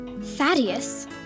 Thaddeus